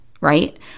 right